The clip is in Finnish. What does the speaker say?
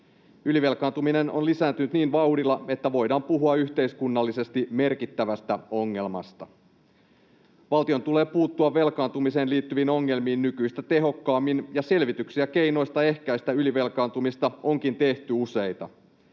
Ylivelkaantuminen on lisääntynyt niin vauhdilla, että voidaan puhua yhteiskunnallisesti merkittävästä ongelmasta. Valtion tulee puuttua velkaantumiseen liittyviin ongelmiin nykyistä tehokkaammin, ja selvityksiä keinoista ehkäistä ylivelkaantumista onkin tehty useita.